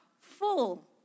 full